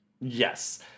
Yes